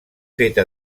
feta